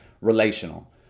relational